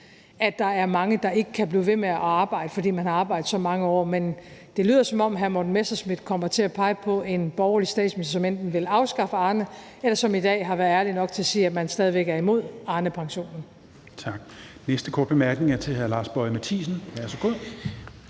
at der er mange, der ikke kan blive ved med at arbejde, fordi de har arbejdet så mange år. Men det lyder, som om hr. Morten Messerschmidt kommer til at pege på en borgerlig statsminister, som enten vil afskaffe Arnepensionen, eller som i dag har været ærlig nok til at sige, at man stadig væk er imod Arnepensionen.